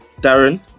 Darren